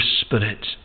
Spirit